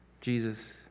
Jesus